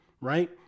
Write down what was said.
right